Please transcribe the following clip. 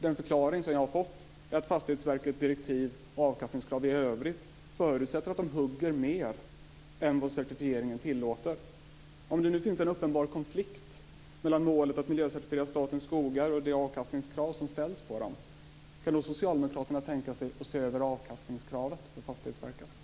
Den förklaring som jag har fått är att Fastighetsverkets direktiv och avkastningskrav i övrigt förutsätter att man hugger mer än vad certifieringen tillåter. Om det finns en uppenbar konflikt mellan målet att miljöcertifiera statens skogar och de avkastningskrav som ställs på dem kan då Socialdemokraterna tänka sig att se över avkastningskravet för Fastighetsverket?